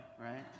right